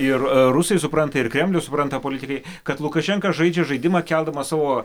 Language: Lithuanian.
ir rusai supranta ir kremliaus supranta politikai kad lukašenka žaidžia žaidimą keldamas savo